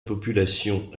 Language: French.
population